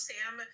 Sam